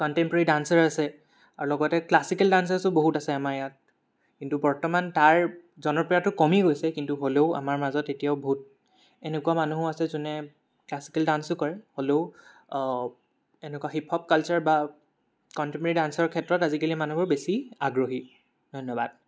contemporary dancer আছে আৰু লগতে ক্লাছিকেল ডান্সাৰ্ছো বহুত আছে আমাৰ ইয়াত কিন্তু বৰ্তমান তাৰ জনপ্ৰিয়তাটো কমি গৈছে কিন্তু হ'লেও আমাৰ মাজত এতিয়াও বহুত এনেকুৱা মানুহো আছে যোনে ক্লাছিকেল ডান্সো কৰে হ'লেও এনেকুৱা হিপ হপ কালচাৰ বা কণ্টেম্প'ৰেৰী ডান্সৰ ক্ষেত্ৰত আজিকালি মানুহবোৰ বেছি আগ্ৰহী ধন্যবাদ